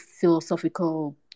philosophical